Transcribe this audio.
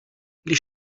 když